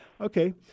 Okay